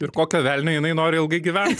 ir kokio velnio jinai nori ilgai gyvent